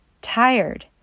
Tired